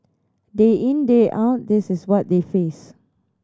day in day out this is what they face